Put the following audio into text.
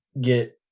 get